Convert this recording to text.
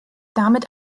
damit